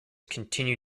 continue